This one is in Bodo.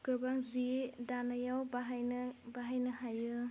गोबां जि दानायाव बाहायनो बाहायनो हायो